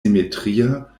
simetria